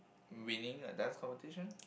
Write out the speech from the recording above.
winning a dance competition